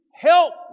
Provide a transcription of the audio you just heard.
help